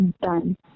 done